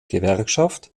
gewerkschaft